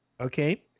Okay